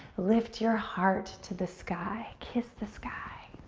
lift your heart to the sky. kiss the sky.